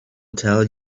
tell